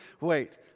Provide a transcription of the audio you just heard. Wait